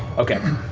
okay.